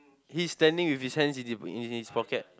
he's standing with his hands in his in his pocket